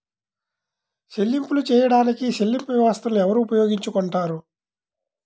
చెల్లింపులు చేయడానికి చెల్లింపు వ్యవస్థలను ఎవరు ఉపయోగించుకొంటారు?